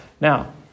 Now